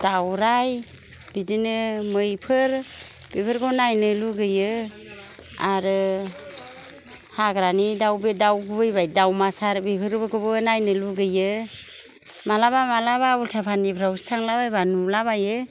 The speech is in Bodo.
दावराय बिदिनो मैफोर बेफोरखौ नायनो लुबैयो आरो हाग्रानि दाव बे दाव गुबै दावमासार बेफोरखौबो नायनो लुबैयो माब्लाबा माब्लाबा उल्था फानिफ्रावसो थांलाबायबा नुला बायो